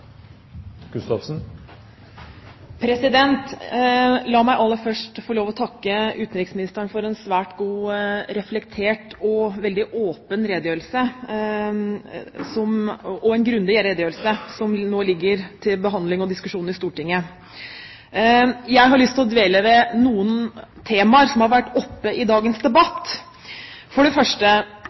La meg aller først få lov til å takke utenriksministeren for en svært god, reflektert og veldig åpen og grundig redegjørelse, som nå ligger til behandling og diskusjon i Stortinget. Jeg har lyst til å dvele ved noen temaer som har vært oppe i dagens debatt. For det første: